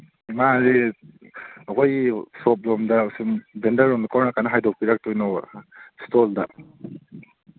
ꯏꯃꯥꯁꯦ ꯑꯩꯈꯣꯏꯒꯤ ꯁꯣꯞꯂꯣꯝꯗ ꯁꯨꯝ ꯚꯦꯟꯗꯔꯂꯣꯝꯗ ꯀꯔꯣꯝ ꯅꯥꯀꯟꯗ ꯍꯥꯏꯗꯣꯛꯄꯤꯔꯛꯇꯣꯏꯅꯣꯕ ꯏꯁꯇꯣꯜꯗ